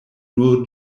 nur